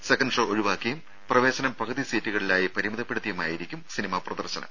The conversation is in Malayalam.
സെക്കന്റ് ഷോ ഒഴിവാക്കിയും പ്രവേശനം പകുതി സീറ്റുകളിലായി പരമിതപ്പെടുത്തിയുമായിരിക്കും സിനിമാ പ്രദർശനം